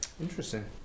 Interesting